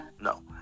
no